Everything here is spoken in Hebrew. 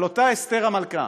על אותה אסתר המלכה.